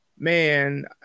Man